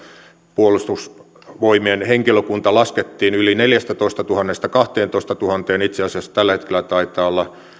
puolustusvoimien henkilökunta laskettiin yli neljästätoistatuhannesta kahteentoistatuhanteen itse asiassa tällä hetkellä taitaa olla